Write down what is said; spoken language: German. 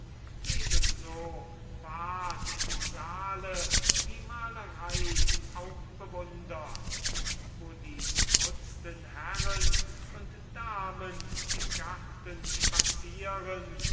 ebenso ward in dem saale die malerei auch bewundert wo die geputzten herren und damen im garten spazieren